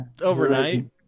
overnight